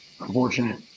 Unfortunate